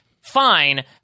fine